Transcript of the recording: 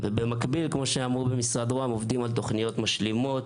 במקביל עובדים על תוכניות משלימות,